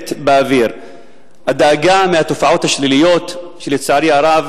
שמרחפת באוויר - הדאגה בגלל התופעות השליליות שלצערי הרב